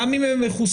גם אם הם מחוסנים,